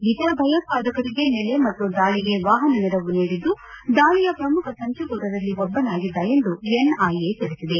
ಈತ ಭಯೋತ್ಪಾದಕರಿಗೆ ನೆಲೆ ಮತ್ತು ದಾಳಿಗೆ ವಾಹನ ನೆರವು ನೀಡಿದ್ದು ದಾಳಿಯ ಪ್ರಮುಖ ಸಂಚುಕೋರರಲ್ಲಿ ಒಬ್ಬನಾಗಿದ್ದ ಎಂದು ಎನ್ಐಎ ತಿಳಿಸಿದೆ